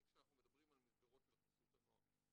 כשאנחנו מדברים על מסגרות של חסות הנוער.